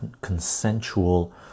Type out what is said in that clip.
consensual